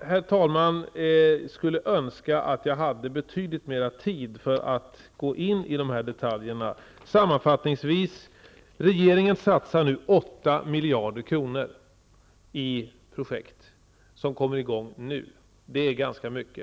Herr talman, jag skulle önska att jag hade betydligt mera tid för att gå in på detaljerna. Sammanfattningsvis: Regeringen satsar 8 miljarder kronor i projekt som kommer i gång nu. Det är ganska mycket.